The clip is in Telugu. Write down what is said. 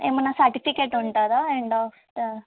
ఏమన్న సర్టిఫికెట్ ఉంటుందా ఎండ్ ఆఫ్ ద